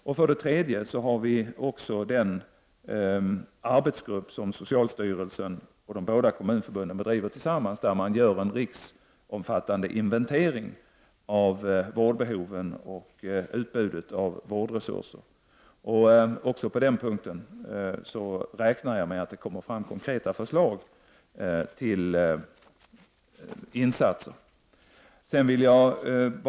Jag vill i detta sammanhang också nämna den arbetsgrupp, bestående av representanter från socialstyrelsen och de båda kommunförbunden, som gör en riksomfattande inventering av vårdbehoven och utbudet av vårdresurser. Jag räknar med att även denna arbetsgrupp skall lägga fram konkreta förslag till insatser. Herr talman!